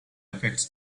effects